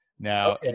Now